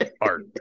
art